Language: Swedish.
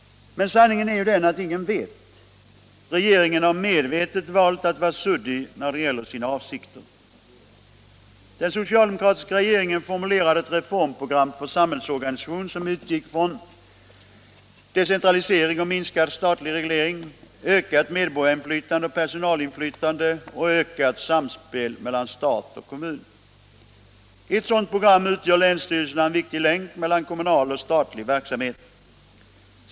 Men sanningen är ju den att ingen vet. Regeringen har medvetet valt att vara suddig när det gäller dess avsikter. Den socialdemokratiska regeringen formulerade ett reformprogram för samhällsorganisationen som utgick från decentralisering och minskad statlig detaljreglering, ökat medborgarinflytande och personalinflytande samt ökat samspel mellan stat och kommun. I ett sådant program utgör länsstyrelserna en viktig länk mellan kommunal och statlig verksamhet.